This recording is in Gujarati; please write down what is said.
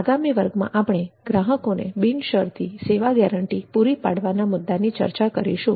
આગામી વર્ગમાં આપણે ગ્રાહકોને બિનશરતી સેવા ગેરંટી પૂરી પાડવાના મુદ્દાની ચર્ચા કરીશું